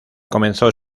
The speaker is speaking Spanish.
comenzó